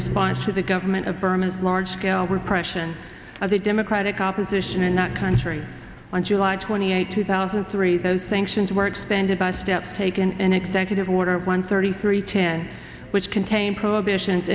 response to the government of burma large scale repression of the democratic opposition in that country on july twenty eighth two thousand and three those sanctions were extended by step taken in executive order one thirty three ten which contain prohibitions